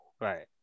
Right